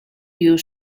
you